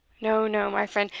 no, no, my friend,